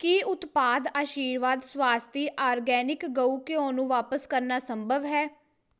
ਕੀ ਉਤਪਾਦ ਆਸ਼ੀਰਵਾਦ ਸਵਾਸਤੀ ਆਰਗੈਨਿਕ ਗਊ ਘਿਓ ਨੂੰ ਵਾਪਸ ਕਰਨਾ ਸੰਭਵ ਹੈ